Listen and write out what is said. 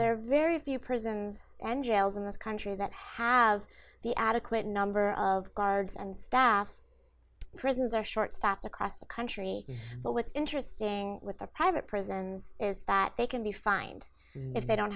are very few prisons and jails in this country that have the adequate number of guards and staff prisons are short staffed across the country but what's interesting with the private prisons is that they can be fined if they don't